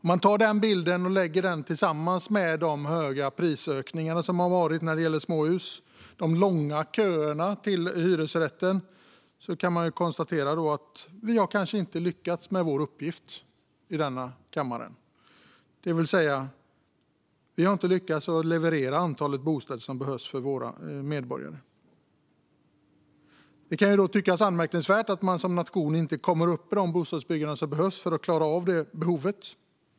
Man kan lägga denna bild tillsammans med de stora prisökningarna när det gäller småhus och de långa köerna till hyresrätter. Då kan man konstatera att vi kanske inte har lyckats med vår uppgift i denna kammare, det vill säga vi har inte lyckats leverera det antal bostäder som våra medborgare behöver. Det kan tyckas anmärkningsvärt att man som nation inte kommer upp i det bostadsbyggande som behövs för att möta behovet.